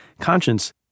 conscience